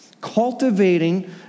cultivating